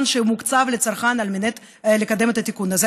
שמוקצב לצרכן על מנת לקדם את התיקון הזה.